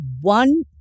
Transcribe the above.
one